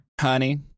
Honey